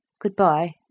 goodbye